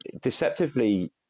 deceptively